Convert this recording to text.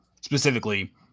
specifically